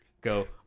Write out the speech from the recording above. go